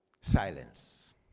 Silence